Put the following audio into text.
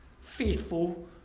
faithful